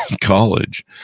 college